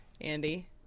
Andy